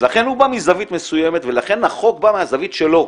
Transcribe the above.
לכן הוא בא מזווית מסוימת ולכן החוק בא מהזווית שלו.